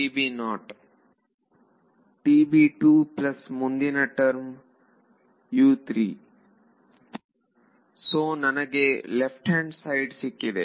ವಿದ್ಯಾರ್ಥಿ ಪ್ಲಸ್ ಮುಂದಿನ ಟರ್ಮ್ ವಿದ್ಯಾರ್ಥಿ U 3 ಸೋ ನನಗೆ ಲೆಫ್ಟ್ ಹ್ಯಾಂಡ್ ಸೈಡ್ ಸಿಕ್ಕಿದೆ